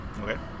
Okay